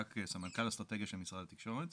נציג משרד התקשורת,